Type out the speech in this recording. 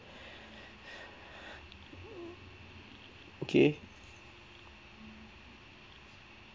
okay